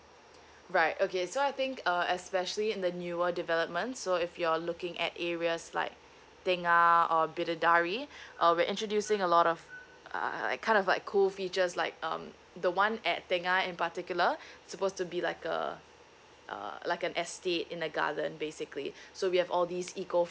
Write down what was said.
right okay so I think uh especially in the newer development so if you're looking at areas like tengah or bidadari uh we're introducing a lot of uh that kind of like cool features like um the one at tengah in particular supposed to be like uh uh like a estate in the garden basically so we have all these eco